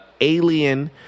alien